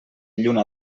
lluna